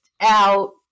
out